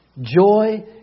Joy